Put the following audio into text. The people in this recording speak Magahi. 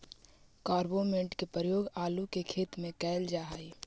कार्बामेट के प्रयोग आलू के खेत में कैल जा हई